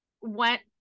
went